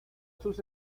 sus